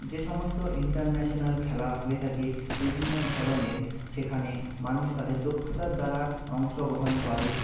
যে সমস্ত ইন্টারন্যাশানাল খেলা হয়ে থাকে বিভিন্ন ধরনের সেখানে মানুষ তাদের দক্ষতার দ্বারা অংশগ্রহণ করে